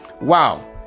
wow